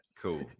Cool